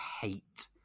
hate